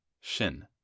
shin